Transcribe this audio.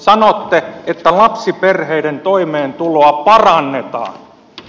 sanotte että lapsiperheiden toimeentuloa parannetaan